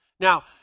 Now